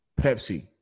Pepsi